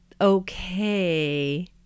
okay